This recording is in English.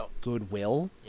goodwill